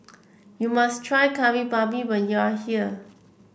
you must try Kari Babi when you are here